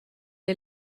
est